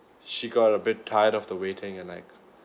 she got a bit tired of the waiting and like